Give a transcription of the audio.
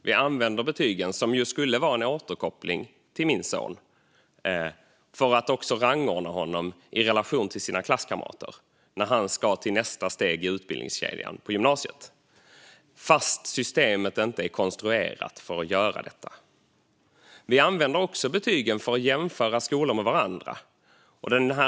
Vi använder betygen, som ju skulle vara en återkoppling till min son, för att också rangordna honom i relation till hans klasskamrater när han ska till nästa steg i utbildningskedjan på gymnasiet - fastän systemet inte är konstruerat för att göra detta. Vi använder också betygen för att jämföra skolor med varandra.